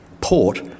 port